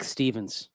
Stevens